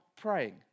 praying